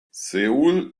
seoul